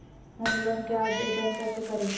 Home loan के आवेदन कैसे करि?